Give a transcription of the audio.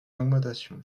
augmentation